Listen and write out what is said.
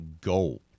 gold